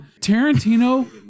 Tarantino